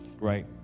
right